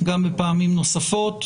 גם בדיונים נוספים.